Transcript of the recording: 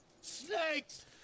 snakes